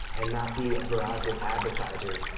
and not be barraged with advertisers,